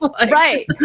Right